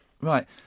Right